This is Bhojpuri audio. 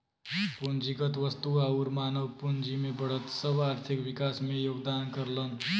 पूंजीगत वस्तु आउर मानव पूंजी में बढ़त सब आर्थिक विकास में योगदान करलन